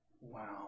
Wow